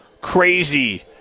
crazy